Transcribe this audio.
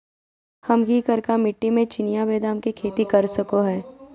हम की करका मिट्टी में चिनिया बेदाम के खेती कर सको है?